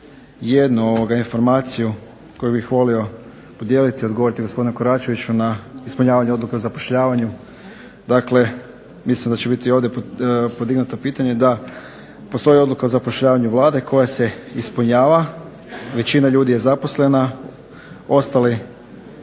jednu informaciju koju bih volio podijeliti i odgovoriti gospodinu Koračeviću na ispunjavanju odluka o zapošljavanju. Dakle, mislio sam da će biti ovdje podignuto pitanje – da, postoji odluka o zapošljavanju Vlade koja se ispunjava. Većina ljudi je zaposlena, ostali